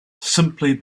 simply